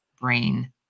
brain